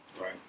Right